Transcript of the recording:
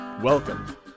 Welcome